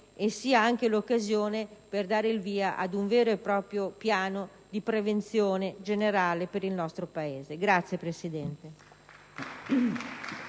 e sia anche l'occasione per dare il via a un vero e proprio piano di prevenzione generale per il nostro Paese. *(Applausi